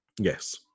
yes